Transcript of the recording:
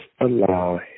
allow